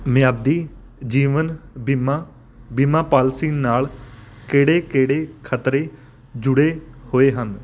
ਮਿਆਦੀ ਜੀਵਨ ਬੀਮਾ ਬੀਮਾ ਪਾਲਿਸੀ ਨਾਲ ਕਿਹੜੇ ਕਿਹੜੇ ਖਤਰੇ ਜੁੜੇ ਹੋਏ ਹਨ